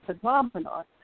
phenomenon